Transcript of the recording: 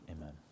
amen